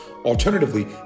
Alternatively